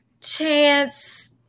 Chance